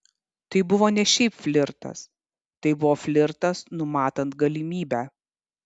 tai buvo ne šiaip flirtas tai buvo flirtas numatant galimybę